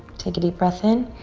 take a deep breath in.